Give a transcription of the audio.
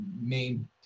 main